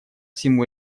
всему